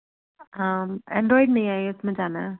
Android नहीं I O S में जाना है